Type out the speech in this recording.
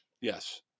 yes